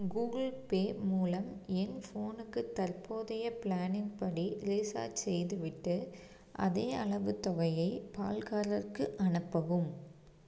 Google Pay மூலம் என் ஃபோனுக்கு தற்போதைய ப்ளானின் படி ரீசார்ஜ் செய்துவிட்டு அதே அளவு தொகையை பால்காரருக்கு அனுப்பவும்